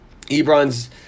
ebron's